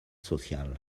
social